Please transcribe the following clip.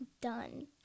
done